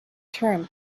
term